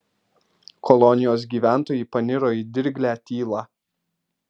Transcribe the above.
kolonijos gyventojai paniro į dirglią tylą